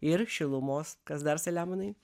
ir šilumos kas dar selemonai